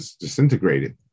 disintegrated